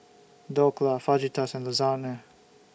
Dhokla Fajitas and Lasagne